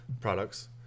products